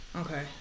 Okay